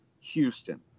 Houston